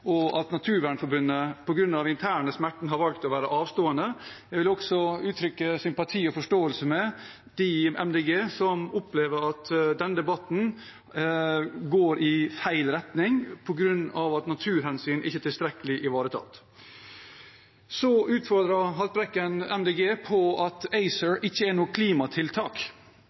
og at Naturvernforbundet, på grunn av den interne smerten, har valgt å være avstående. Jeg vil også uttrykke sympati og forståelse med de i MDG som opplever at denne debatten går i feil retning på grunn av at naturhensyn ikke er tilstrekkelig ivaretatt. Så utfordret Haltbrekken MDG på at ACER ikke er noe klimatiltak.